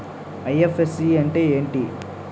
IFSC అంటే ఏమిటి?